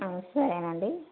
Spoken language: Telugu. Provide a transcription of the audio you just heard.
సరేనండి